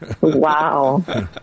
Wow